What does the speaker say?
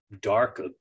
dark